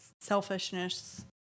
selfishness